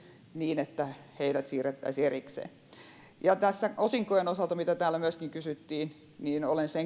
niin että heidät siirrettäisiin erikseen osinkojen osalta joista täällä myöskin kysyttiin olen